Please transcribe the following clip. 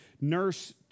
nurse